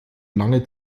lange